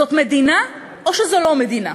זאת מדינה, או שזאת לא מדינה?